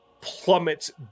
plummets